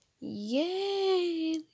yay